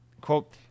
quote